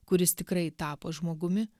kuris tikrai tapo žmogumi